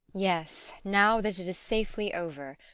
yes, now that it is safely over